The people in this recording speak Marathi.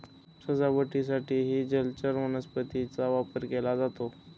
सजावटीसाठीही जलचर वनस्पतींचा वापर केला जातो